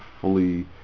fully